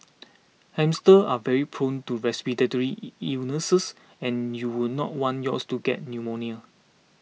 hamsters are very prone to respiratory illnesses and you would not want yours to get pneumonia